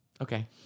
Okay